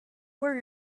where